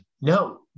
No